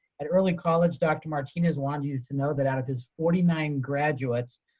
at early college, dr. martinez wanted you to know that out of his forty nine graduates,